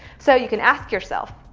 so you can ask yourself,